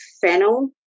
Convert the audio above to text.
fennel